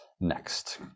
next